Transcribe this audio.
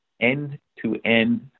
end-to-end